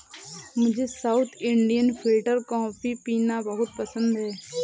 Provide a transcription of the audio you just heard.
मुझे south Indian filter coffee पीना बहुत पसंद है